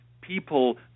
people